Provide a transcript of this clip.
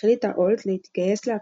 החליטה אולט להתגייס להצלתה.